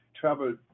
travel